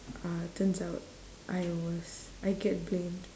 uh turns out I was I get blamed